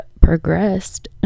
progressed